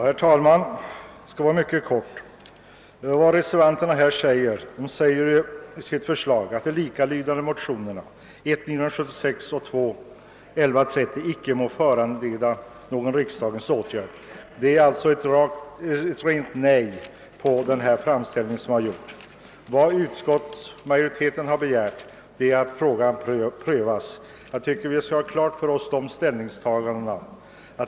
Herr talman! Jag skall fatta mig mycket kort. Reservanterna föreslår att de likalydande motionerna 1:976 och II: 1130 icke må föranleda någon riksdagens åtgärd. Det är alltså fråga om ett rent nej till den framställning som gjorts. Vad utskottsmajoriteten har begärt är att projektet prövas. Vi bör ha klart för oss dessa ställ ningstaganden.